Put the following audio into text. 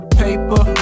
paper